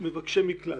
מבקשי מקלט.